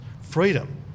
freedom